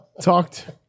talked